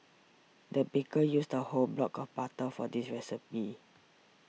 the baker used a whole block of butter for this recipe